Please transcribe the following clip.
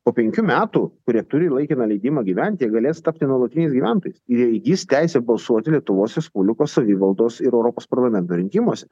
po penkių metų kurie turi laikiną leidimą gyvent jie galės tapti nuolatiniais gyventojais ir jie įgis teisę balsuoti lietuvos respublikos savivaldos ir europos parlamento rinkimuose